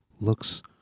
looks